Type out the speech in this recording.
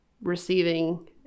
receiving